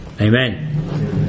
Amen